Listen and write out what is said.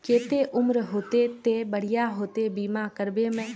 केते उम्र होते ते बढ़िया होते बीमा करबे में?